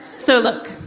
so look,